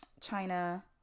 china